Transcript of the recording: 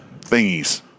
Thingies